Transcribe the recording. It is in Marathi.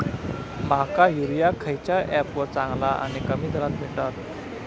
माका युरिया खयच्या ऍपवर चांगला आणि कमी दरात भेटात?